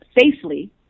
safely